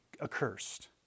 accursed